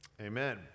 Amen